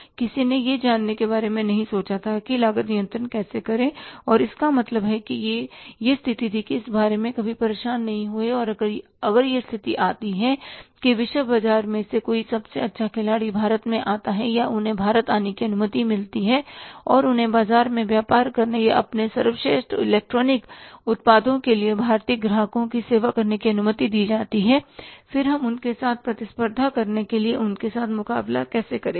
किसी ने यह जानने के बारे में नहीं सोचा कि वह लागत नियंत्रण कैसे करें और इसका मतलब है कि यह यह स्थिति थी इस बारे में कभी परेशान नहीं हुए कि अगर यह स्थिति आती है कि विश्व बाजार में से कोई सबसे अच्छा खिलाड़ी भारत में आता है या उन्हें भारत आने की अनुमति मिलती है और उन्हें बाज़ार में व्यापार करने या अपने सर्वश्रेष्ठ इलेक्ट्रॉनिक उत्पादों के साथ भारतीय ग्राहकों की सेवा करने की अनुमति दी जाती है फिर हम उनके साथ प्रतिस्पर्धा करने के लिए उनके साथ मुकाबला कैसे करेंगे